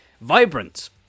vibrant